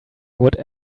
would